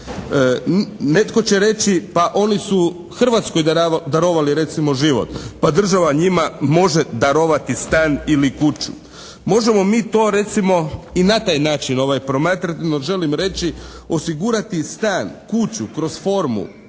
Netko će reći pa oni su Hrvatskoj darovali recimo život, pa država njima može darovati stan ili kuću. Možemo mi to recimo i na taj način promatrati, no želim reći osigurati stan, kuću kroz formu